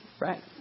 Right